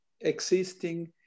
existing